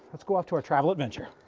let's go off to our travel adventure.